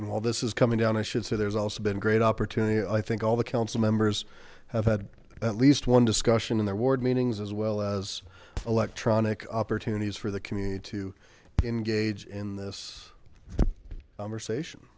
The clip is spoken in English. all this is coming down i should say there's also been a great opportunity i think all the council members have had at least one discussion in their ward meetings as well as electronic opportunities for the community to engage in this